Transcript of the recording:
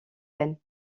peine